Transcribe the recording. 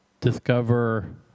discover